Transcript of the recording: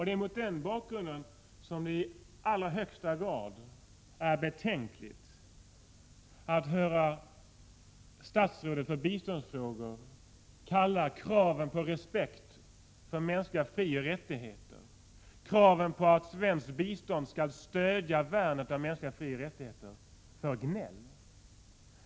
Det är mot den bakgrunden i allra högsta grad betänkligt när man hör statsrådet för biståndsfrågor kalla kraven på respekt för mänskliga frioch rättigheter och kraven på att svenskt bistånd skall stödja värnet av mänskliga frioch rättigheter för gnäll.